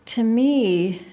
to me,